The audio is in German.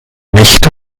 nächte